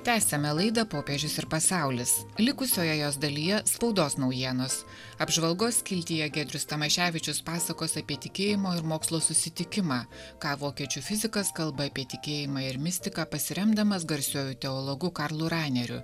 tęsiame laidą popiežius ir pasaulis likusioje jos dalyje spaudos naujienos apžvalgos skiltyje giedrius tamaševičius pasakos apie tikėjimo ir mokslo susitikimą ką vokiečių fizikas kalba apie tikėjimą ir mistiką pasiremdamas garsiuoju teologu karlu raineriu